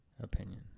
opinion